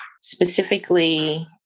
specifically